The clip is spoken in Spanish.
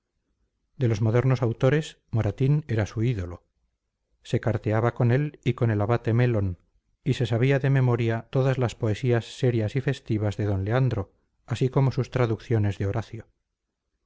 de los modernos autores moratín era su ídolo se carteaba con él y con el abate melon y se sabía de memoria todas las poesías serias y festivas de d leandro así como sus traducciones de horacio